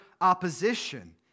opposition